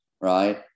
right